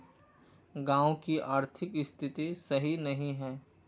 गाँव की आर्थिक स्थिति सही नहीं है?